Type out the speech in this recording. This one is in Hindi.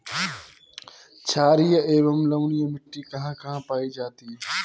छारीय एवं लवणीय मिट्टी कहां कहां पायी जाती है?